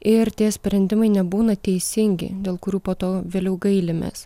ir tie sprendimai nebūna teisingi dėl kurių po to vėliau gailimės